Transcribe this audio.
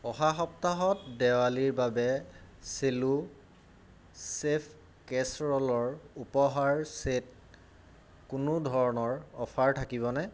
অহা সপ্তাহত দেৱালীৰ বাবে চেলো চেফ কেচৰলৰ উপহাৰ চেট কোনো ধৰণৰ অফাৰ থাকিবনে